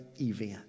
event